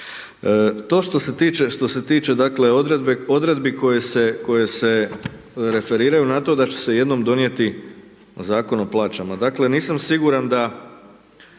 To što se tiče dakle odredbi koje se referiraju na to da će se jednom donijeti Zakon o plaćama.